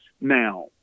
Now